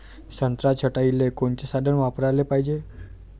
संत्रा छटाईले कोनचे साधन वापराले पाहिजे?